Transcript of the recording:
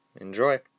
Enjoy